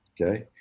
okay